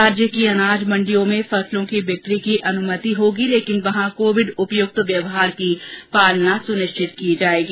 राज्य की अनाज मंडियों में फसलों की बिकी की अनुमति होगी लेकिन वहां कोविड उपयुक्त व्यवहार की पालना सुनिश्चित की जायेगी